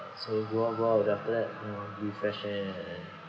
so go out go out then after that you know refreshed and